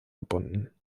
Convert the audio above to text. gebunden